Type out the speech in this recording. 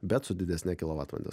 bet su didesne kilovatvalande